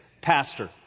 Pastor